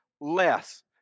less